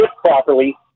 properly